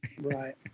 Right